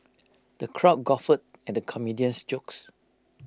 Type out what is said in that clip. the crowd guffawed at the comedian's jokes